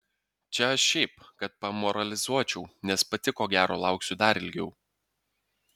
čia aš šiaip kad pamoralizuočiau nes pati ko gero lauksiu dar ilgiau